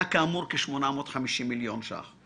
היה כאמור כ-850 מיליון ₪,